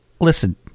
listen